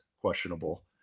questionable